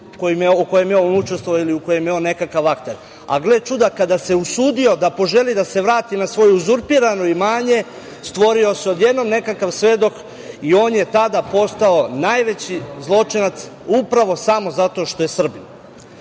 u kojem je on učestovao ili u kojem je on nekakav akter.A, gle čuda, kada se usudio da poželi da se vrati na svoje uzurpirano imanje, stvorio se odjednom nekakav svedok i on je tada postao najveći zločinac upravo samo zato što je Srbin. Kada